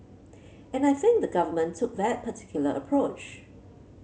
and I think the government took that particular approach